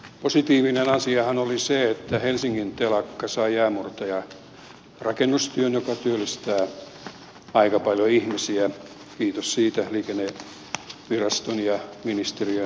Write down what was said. positiivinen asiahan oli se että helsingin telakka sai jäänmurtajarakennustyön joka työllistää aika paljon ihmisiä kiitos siitä liikenneviraston ja ministeriön ponnistelujen